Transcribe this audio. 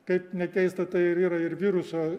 kaip nekeista tai ir yra ir viruso